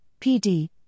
PD